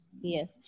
Yes